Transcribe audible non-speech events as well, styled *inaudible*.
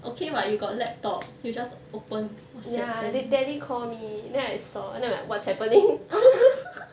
okay [what] you got laptop you just open whatsapp then *laughs*